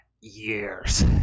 years